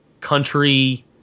country